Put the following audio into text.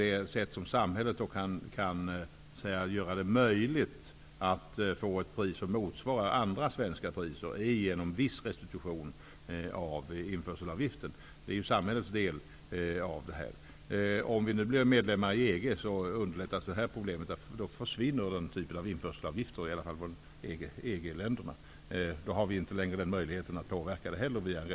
Det sätt på vilket samhället kan göra det möjligt att detta kött får ett pris som motsvarar andra svenska priser är genom viss restitution av införselavgiften. Det är samhällets del i detta. Om vi nu blir medlemmar i EG undanröjs problemet. Då försvinner denna typ av införselavgifter, i varje fall vid import från EG länderna. Då har vi inte längre möjlighet att påverka priset genom restitution.